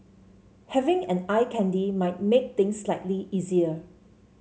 having an eye candy might make things slightly easier